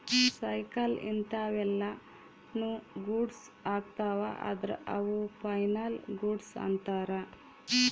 cycle ಇಂತವೆಲ್ಲ ನು goods ಅಗ್ತವ ಅದ್ರ ಅವು ಫೈನಲ್ ಗೂಡ್ಸ್ ಅಂತರ್